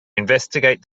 investigate